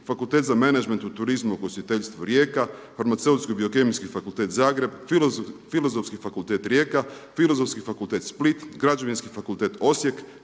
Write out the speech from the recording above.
Fakultet za menadžment u turizmu i ugostiteljstvu Rijeka, Farmaceutsko-biokemijski fakultet Zagreb, Filozofski fakultet Rijeka, Filozofski fakultet Split, Građevinski fakultet Osijek,